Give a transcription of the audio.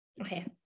Okay